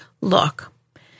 look